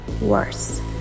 Worse